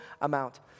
amount